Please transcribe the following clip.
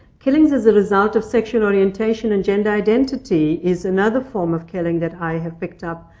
killings as a result of sexual orientation and gender identity is another form of killing that i have picked up.